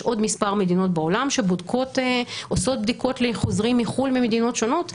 יש עוד כמה מדינות בעולם שעושות בדיקות לחוזרים מחו"ל ממדינות שונות,